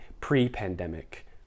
pre-pandemic